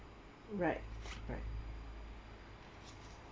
right right